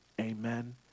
Amen